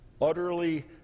utterly